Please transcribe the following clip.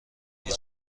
دیگه